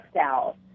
out